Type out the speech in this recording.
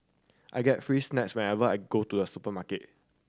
I get free snacks whenever I go to the supermarket